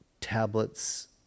tablets